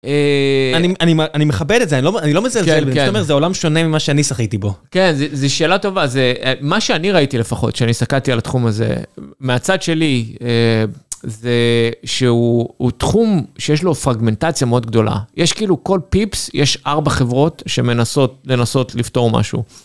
אני מכבד את זה, אני לא מזלזל, זאת אומרת, זה עולם שונה ממה שאני שחיתי בו. כן, זו שאלה טובה. זה מה שאני ראיתי לפחות, כשאני שקעתי על התחום הזה, מהצד שלי, זה שהוא תחום שיש לו פרגמנטציה מאוד גדולה. יש כאילו, כל פיפס יש ארבע חברות שמנסות לפתור משהו.